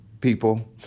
people